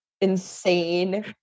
insane